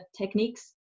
techniques